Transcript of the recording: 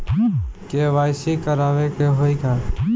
KYC करावे के होई का?